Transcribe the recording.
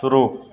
शुरू